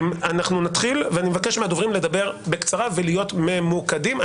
אני מבקש מהדוברים לדבר בקצרה ולהיות ממוקדים.